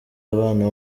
abana